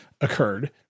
occurred